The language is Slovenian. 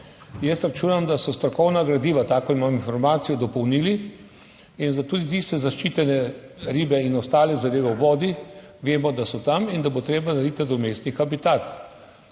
Jaz računam, da so strokovna gradiva, tako imam informacijo, dopolnili in tudi za tiste zaščitene ribe in ostale zadeve v vodi vemo, da so tam in da bo treba narediti nadomestni habitat.